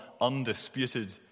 undisputed